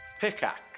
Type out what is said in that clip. Pickaxe